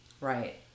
Right